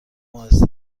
اهسته